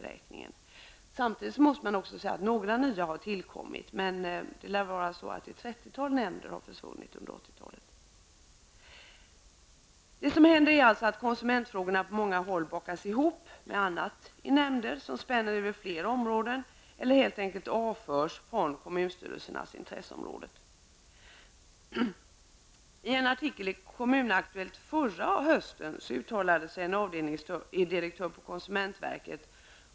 Samtidigt måste man också säga att några nya nämnder har tillkommit. På många håll bakas konsumentfrågorna ihop med andra frågor i nämnder som spänner över flera områden eller helt enkelt avförs från kommunstyrelsernas intresseområden. I en artikel i Kommun-Aktuellt förra hösten uttalade sig en avdelningsdirektör på konsumentverket.